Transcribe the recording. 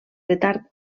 retard